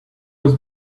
was